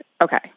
okay